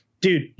dude